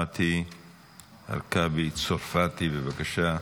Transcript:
מטי הרכבי צרפתי, בבקשה,